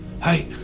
Hi